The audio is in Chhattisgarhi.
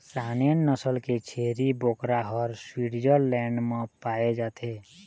सानेन नसल के छेरी बोकरा ह स्वीटजरलैंड म पाए जाथे